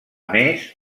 més